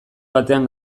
batean